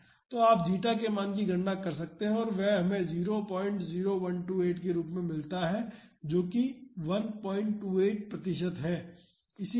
तो आप जीटा के मान की गणना कर सकते हैं और यह हमें 00128 के रूप में मिलता है जो कि 128 प्रतिशत है